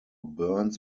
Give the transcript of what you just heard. burns